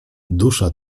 dusza